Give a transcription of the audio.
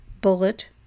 bullet